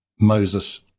moses